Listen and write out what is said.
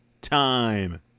time